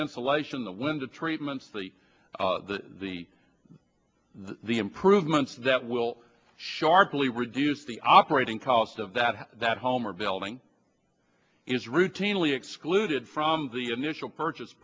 insulation the window treatments the the the improvements that will sharp we reduce the operating cost of that that home or building is routinely excluded from the initial purchase